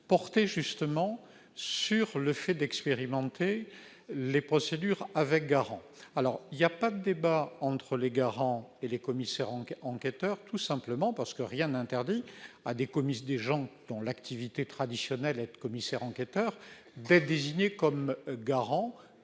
porté justement sur le fait d'expérimenter les procédures avec garant alors il y a pas de débat entre les garants et les commissaires en enquêteur tout simplement parce que rien n'interdit à des communistes, des gens dont l'activité traditionnelle être commissaire enquêteur d'être désigné comme garant